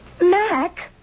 Mac